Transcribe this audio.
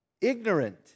Ignorant